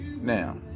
Now